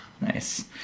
Nice